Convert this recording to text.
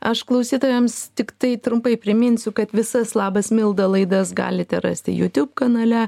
aš klausytojams tiktai trumpai priminsiu kad visas labas milda laidas galite rasti jutiūb kanale